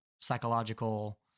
psychological